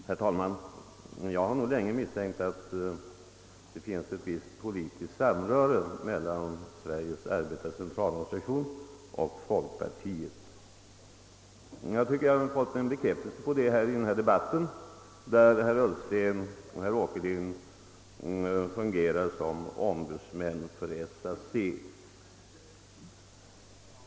Herr talman! Jag har länge misstänkt att det finns ett visst politiskt samröre mellan Sveriges arbetares centralorganisation och folkpartiet, och jag tycker mig ha fått en bekräftelse på det i denna debatt där herrar Ullsten och Åkerlind fungerar som ombudsmän för SAC.